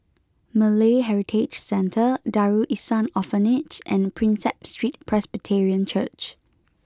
Malay Heritage Centre Darul Ihsan Orphanage and Prinsep Street Presbyterian Church